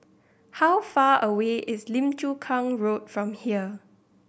how far away is Lim Chu Kang Road from here